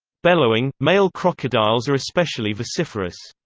bellowing male crocodiles are especially vociferous.